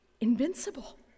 invincible